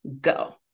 go